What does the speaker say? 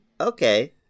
Okay